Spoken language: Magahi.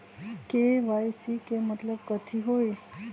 के.वाई.सी के मतलब कथी होई?